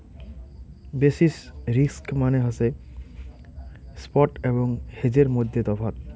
basis risk মানে হসে spot এবং হেজের মইধ্যে তফাৎ